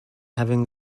having